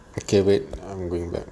okay wait I'm going back